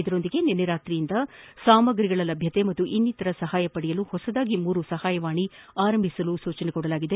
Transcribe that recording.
ಇದರ ಜೊತೆಗೆ ನಿನ್ನೆ ರಾತ್ರಿಯಿಂದ ಸಾಮಗ್ರಿಗಳ ಲಭ್ಯತೆ ಹಾಗೂ ಇನ್ನಿತರೆ ಸಹಾಯ ಪಡೆಯಲು ಹೊಸದಾಗಿ ಮೂರು ಸಹಾಯವಾಣಿಗಳನ್ನು ಆರಂಭಿಸಲು ಸೂಚಿಸಲಾಗಿದೆ